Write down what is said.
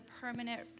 permanent